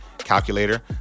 calculator